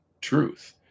truth